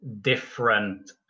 different